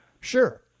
Sure